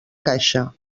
caixa